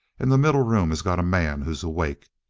and the middle room has got a man who's awake.